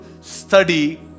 study